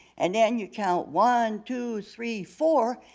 and then you count one, two, three, four,